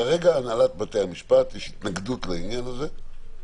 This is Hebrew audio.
כרגע בהנהלת בתי המשפט יש התנגדות לעניין הזה,